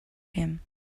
him